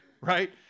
right